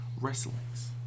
wrestlings